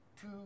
Two